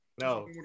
No